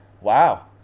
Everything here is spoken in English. Wow